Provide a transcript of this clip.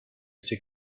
c’est